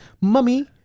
mummy